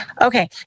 okay